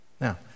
Now